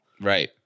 Right